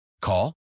Call